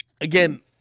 again